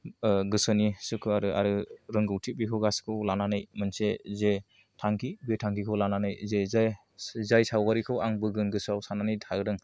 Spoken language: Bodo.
गोसोनि सुखु आरो रोंगौथि बेखौ गासैखौबो लानानै मोनसे जे थांखि बे थांखिखौ लानानै जे जाय सावगारिखौ आं बोगोन गोसोआव साननानै थादों